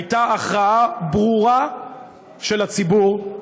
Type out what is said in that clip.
הייתה הכרעה ברורה של הציבור.